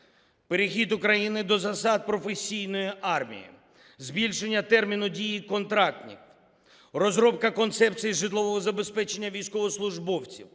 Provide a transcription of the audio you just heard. Перехід України до засад професійної армії, збільшення терміну дії контрактів, розробка концепції житлового забезпечення військовослужбовців,